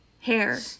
Hair